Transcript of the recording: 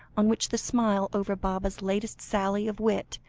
on which the smile over baba's latest sally of wit,